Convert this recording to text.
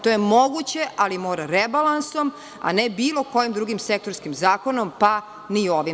To je moguće, ali mora rebalansom, a ne bilo kojim drugim sektorskim zakonom, pa ni ovim.